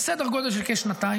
סדר גודל של כשנתיים,